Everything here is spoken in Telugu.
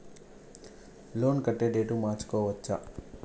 లోన్ కట్టే డేటు మార్చుకోవచ్చా?